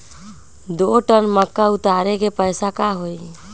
दो टन मक्का उतारे के पैसा का होई?